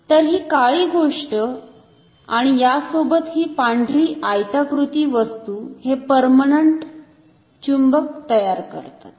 तर ही काळी गोष्ट आणि यासोबत ही पांढरी आयताकृती वस्तु हे पर्मनंट चुंबक तयार करतात